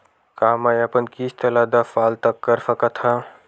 का मैं अपन किस्त ला दस साल तक कर सकत हव?